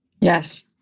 Yes